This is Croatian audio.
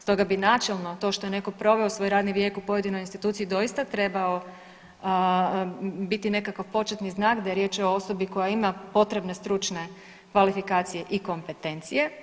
Stoga bi načelno to što je netko proveo svoj radni vijek u pojedinoj instituciji doista trebao biti nekakav početni znak da je riječ o osobi koja ima potrebne stručne kvalifikacije i kompetencije.